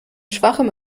schwachem